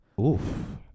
Oof